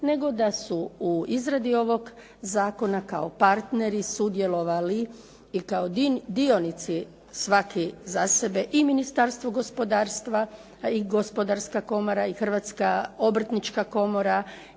nego da su u izradi ovog zakona kao partneri sudjelovali i kao dionici svaki za sebe i Ministarstvo gospodarstva i Gospodarska komora i Hrvatska obrtnička komora